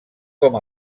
com